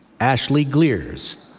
ashley glears,